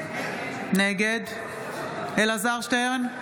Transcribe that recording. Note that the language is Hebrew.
נגד אלעזר שטרן,